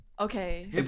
Okay